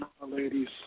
Ladies